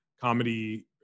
comedy